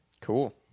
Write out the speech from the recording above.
Cool